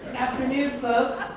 afternoon folks.